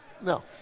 no